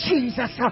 Jesus